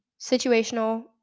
situational